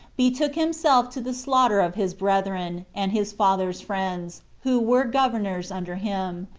betook himself to the slaughter of his brethren, and his father's friends, who were governors under him,